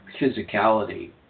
physicality